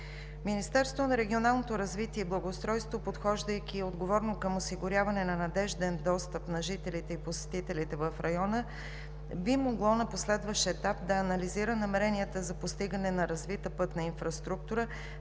Министерството на регионалното развитие и благоустройството, подхождайки отговорно към осигуряване на надежден достъп на жителите и посетителите в района, би могло на последващ етап да анализира намеренията за постигане на развита пътна инфраструктура,